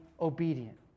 obedient